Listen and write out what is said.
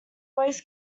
always